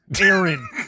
Aaron